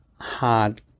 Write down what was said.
hard